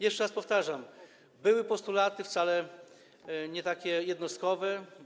Jeszcze raz powtarzam, były postulaty, wcale nie takie jednostkowe.